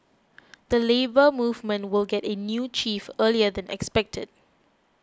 the Labour Movement will get a new chief earlier than expected